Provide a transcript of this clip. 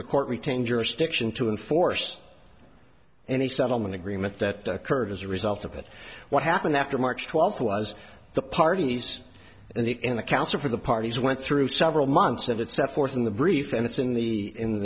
the court retained jurisdiction to enforce any settlement agreement that occurred as a result of that what happened after march twelfth was the parties and the in the counsel for the parties went through several months of it set forth in the brief and it's in the in